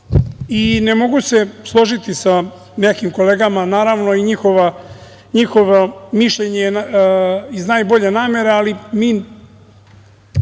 mogu se složiti sa nekim kolegama. Naravno, njihovo mišljenje je iz najbolje namere, ali ta